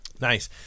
nice